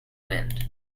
wind